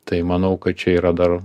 tai manau kad čia yra dar